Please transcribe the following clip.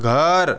घर